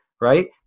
right